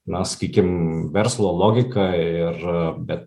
na sakykim verslo logika ir bet